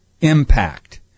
impact